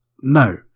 No